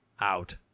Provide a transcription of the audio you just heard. out